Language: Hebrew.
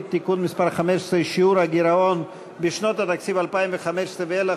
(תיקון מס' 15) (שיעור הגירעון בשנות התקציב 2015 ואילך